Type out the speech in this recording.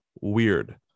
weird